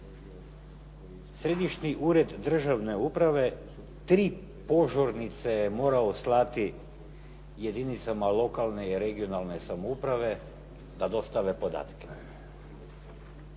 Središnji ured državne uprave tri požurnice je morao slati jedinicama lokalne i regionalne samouprave da dostave podatke.